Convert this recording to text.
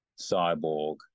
cyborg